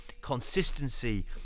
consistency